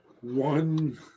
one